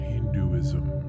Hinduism